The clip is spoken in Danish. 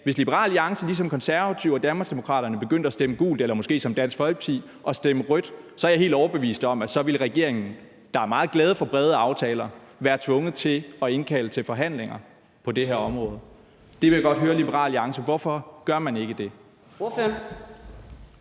hvis Liberal Alliance ligesom Konservative og Danmarksdemokraterne begyndte at stemme gult eller måske som Dansk Folkeparti at stemme rødt, så er jeg helt overbevist om, at regeringen, der er meget glad for brede aftaler, ville være tvunget til at indkalde til forhandlinger på det her område. Det vil jeg godt høre fra Liberal Alliance: Hvorfor gør man ikke det?